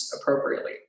appropriately